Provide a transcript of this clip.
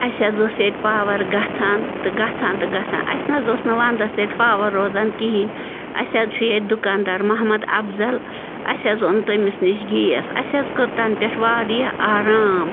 اَسہِ حظ اوس ییٚتہِ پاوَر گژھان تہٕ گژھان تہٕ گژھان اَسہِ نہٕ حظ اوس نہٕ وَنٛدَس ییٚتہِ پاوَر روزان کِہیٖنۍ اَسہِ حظ چھُ ییٚتہِ دُکاندار محمد اَفضل اَسہِ حظ اوٚن تٔمِس نِش گیس اَسہِ حظ کٔر تَنہٕ پٮ۪ٹھ واریاہ آرام